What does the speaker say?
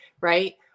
right